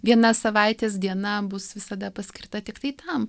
viena savaitės diena bus visada paskirta tiktai tam